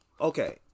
Okay